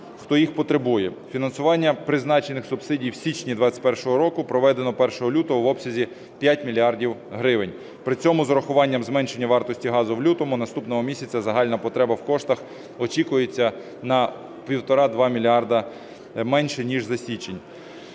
хто їх потребує. Фінансування призначених субсидій в січні 21-го року проведено 1 лютого в обсязі 5 мільярдів гривень. При цьому з урахуванням зменшення вартості газу в лютому наступного місяця загальна потреба в коштах очікується на 1,5-2 мільярди менше, ніж за січень.